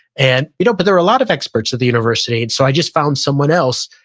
and you know but there are a lot of experts at the university. and so i just found someone else,